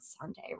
Sunday